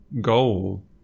goal